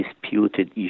disputed